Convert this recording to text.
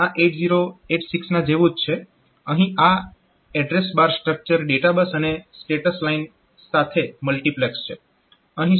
અહીં આ address bar structure data bus અને આ સ્ટેટસ લાઇન સાથે મલ્ટીપ્લેક્સ્ડ છે